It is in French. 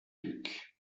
duc